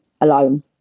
alone